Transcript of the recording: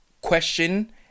question